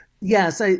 Yes